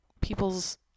people's